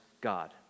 God